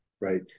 right